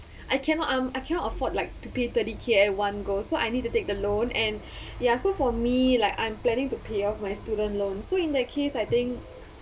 I cannot um I cannot afford like to pay thirty K at one go so I need to take the loan and ya so for me like I'm planning to pay off my student loan so in that case I think